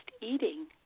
eating